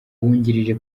uwungirije